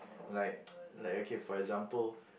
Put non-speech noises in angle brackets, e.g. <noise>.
like <noise> like okay for example